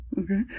okay